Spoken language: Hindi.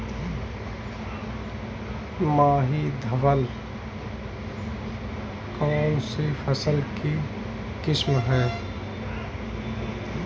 माही धवल कौनसी फसल की किस्म है?